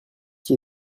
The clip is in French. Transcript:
qui